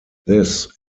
this